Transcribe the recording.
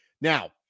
Now